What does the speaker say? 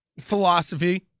philosophy